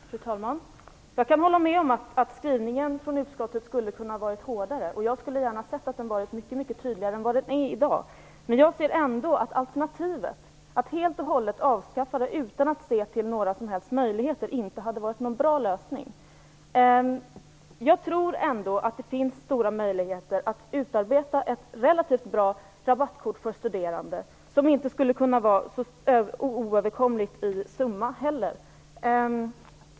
Fru talman! Jag kan hålla med om att utskottets skrivning skulle kunnat vara hårdare. Jag skulle gärna sett att den varit mycket tydligare än vad den är i dag. Men jag anser att alternativet att helt och hållet avskaffa CSN-kortet utan att se till några som helst möjligheter inte hade varit någon bra lösning. Jag tror ändå att det finns stora möjligheter att utarbeta ett relativt bra rabattkort för studerande som inte heller skulle kosta en oöverkomlig summa.